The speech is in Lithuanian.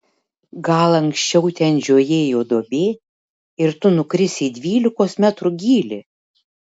gal anksčiau ten žiojėjo duobė ir tu nukrisi į dvylikos metrų gylį